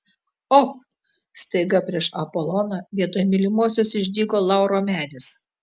op staiga prieš apoloną vietoj mylimosios išdygo lauro medis